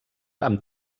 amb